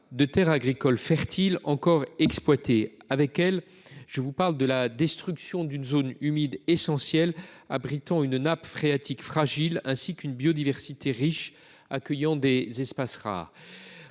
de terres agricoles fertiles encore exploitées. Avec elles, je vous parle de la destruction d’une zone humide essentielle, abritant une nappe phréatique fragile, ainsi qu’une biodiversité riche accueillant des espaces rares.